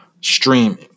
streaming